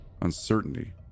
uncertainty